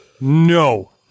no